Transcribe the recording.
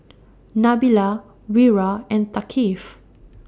Nabila Wira and Thaqif